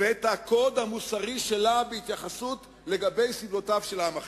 ואת הקוד המוסרי שלה בהתייחסות לסבלותיו של עם אחר.